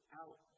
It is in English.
out